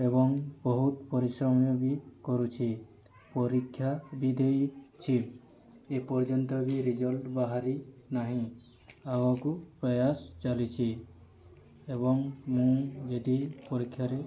ଏବଂ ବହୁତ ପରିଶ୍ରମ ବି କରୁଛି ପରୀକ୍ଷା ବି ଦେଇଛି ଏ ପର୍ଯ୍ୟନ୍ତ ବି ରେଜଲ୍ଟ ବାହାରି ନାହିଁ ଆଗକୁ ପ୍ରୟାସ ଚାଲିଛି ଏବଂ ମୁଁ ଯଦି ପରୀକ୍ଷାରେ